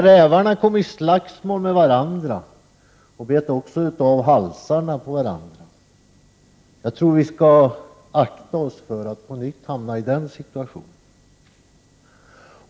Rävarna kom i slagsmål med varandra och bet av halsarna på varandra. Jag tror att vi skall akta oss för att på nytt hamna i den situationen.